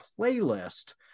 playlist